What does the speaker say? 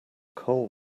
coal